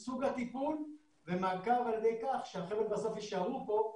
אז מתקיים גם שיח אישי עם החייל כדי לעודד את השותפות הזאת במידע,